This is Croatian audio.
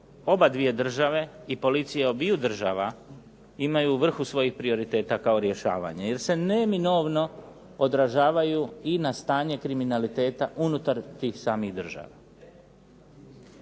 obadvije države i policije obiju država imaju u vrhu svojih prioriteta kao rješavanje, jer se neminovno odražavaju i na stanje kriminaliteta unutar tih samih država.